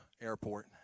airport